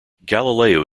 galileo